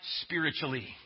spiritually